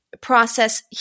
process